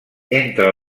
entre